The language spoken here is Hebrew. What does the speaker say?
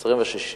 בשנת 2007